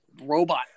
robot